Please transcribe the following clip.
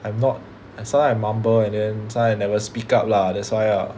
I'm not sometimes I mumble and then sometimes I never speak up lah that's why ah